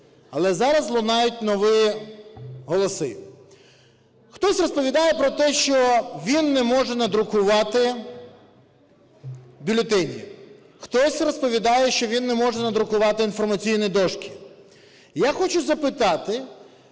Але зараз лунають нові голоси. Хтось розповідає про те, що він не може надрукувати бюлетені, хтось розповідає, що він не може надрукувати інформаційні дошки. Я хочу запитати,